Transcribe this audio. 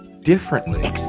differently